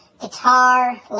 Guitar